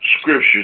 scriptures